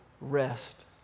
rest